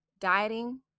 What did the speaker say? dieting